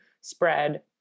spread